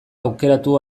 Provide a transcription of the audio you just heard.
aukeratu